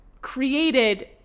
created